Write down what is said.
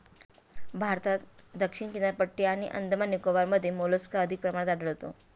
भारतात दक्षिण किनारपट्टी आणि अंदमान निकोबारमध्ये मोलस्का अधिक प्रमाणात आढळतो